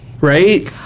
right